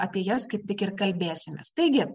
apie jas kaip tik ir kalbėsimės taigi